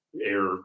Air